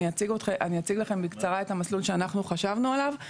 אני אציג לכם בקצרה את המסלול שאנחנו חשבנו עליו.